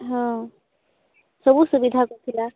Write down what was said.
ହଁ ସୁବି ସୁବିଧା କରିଥିଲା